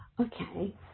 Okay